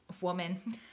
woman